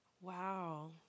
wow